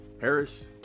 Harris